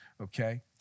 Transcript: okay